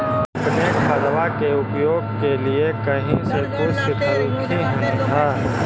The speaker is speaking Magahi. अपने खादबा के उपयोग के लीये कही से कुछ सिखलखिन हाँ?